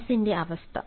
മനസ്സിന്റെ അവസ്ഥ